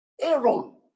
Aaron